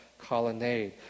colonnade